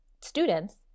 students